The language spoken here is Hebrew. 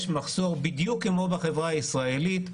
יש מחסור בדיוק כמו בחברה הישראלית,